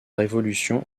révolution